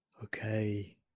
Okay